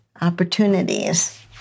opportunities